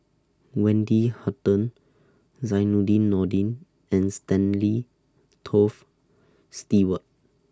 Wendy Hutton Zainudin Nordin and Stanley Toft Stewart